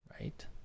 right